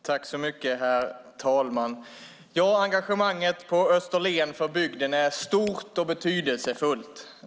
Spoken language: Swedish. Herr talman! På Österlen är engagemanget för bygden stort och betydelsefullt.